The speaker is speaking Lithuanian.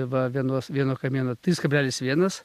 va vienos vieno kamieno trys kablelis vienas